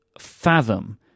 fathom